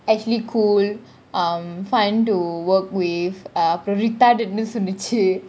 actually cool um fun to work with uh அப்புறம் :apram retarded னு சொல்லிச்சி :nu solichi